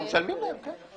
אנחנו משלמים להם, כן.